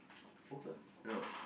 poker no